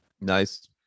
nice